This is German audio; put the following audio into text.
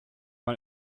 man